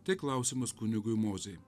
tai klausimas kunigui mozei